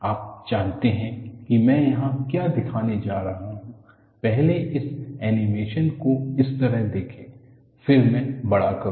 आप जानते हैं कि मैं यहां क्या दिखाने जा रहा हूं पहले इस एनीमेशन को इस तरह देखें फिर मैं बड़ा करूंगा